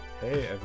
Hey